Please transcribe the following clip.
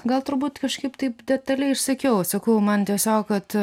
gal turbūt kažkaip taip detaliai išsakiau sakau man tiesiog kad